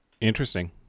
Interesting